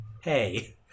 Hey